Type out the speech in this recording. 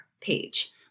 page